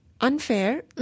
unfair